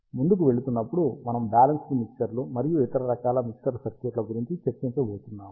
ముందుకు వెళుతున్నప్పుడు మనము బ్యాలెన్స్డ్ మిక్సర్లు మరియు ఇతర రకాల మిక్సర్ సర్క్యూట్ల గురించి చర్చించబోతున్నాము